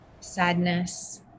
sadness